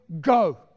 go